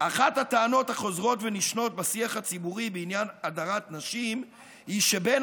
"אחת הטענות החוזרות ונשנות בשיח הציבורי בעניין הדרת נשים היא שבין